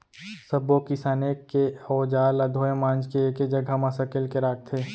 सब्बो किसानी के अउजार ल धोए मांज के एके जघा म सकेल के राखथे